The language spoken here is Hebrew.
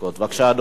בבקשה, אדוני.